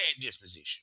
disposition